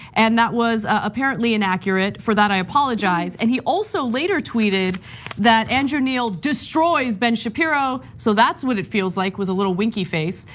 and that was ah apparently inaccurate. for that, i apologize. and he also, later, tweeted that andrew neil destroys ben shapiro. so that's what it feels like, with a little winky face.